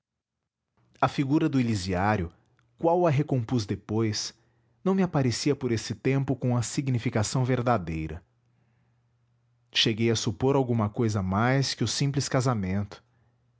a figura do elisiário qual a recompus depois não me aparecia por esse tempo com a significação verdadeira cheguei a supor alguma cousa mais que o simples casamento